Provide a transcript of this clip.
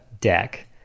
deck